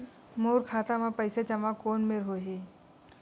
मोर खाता मा पईसा जमा कोन मेर होही?